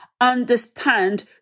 understand